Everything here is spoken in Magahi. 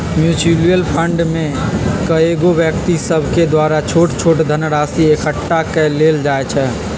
म्यूच्यूअल फंड में कएगो व्यक्ति सभके द्वारा छोट छोट धनराशि एकठ्ठा क लेल जाइ छइ